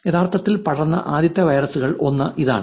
യഥാർത്ഥത്തിൽ പടർന്ന ആദ്യത്തെ വൈറസുകളിൽ ഒന്നായിരുന്നു അത്